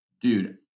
dude